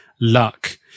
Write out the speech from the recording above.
Luck